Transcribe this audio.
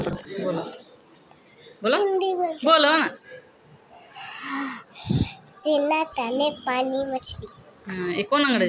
subsidy कर्जा मे अगर बियाज हुवै छै ते हौ सब्सिडी मे छिपी जाय छै